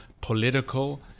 political